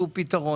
לפתרון.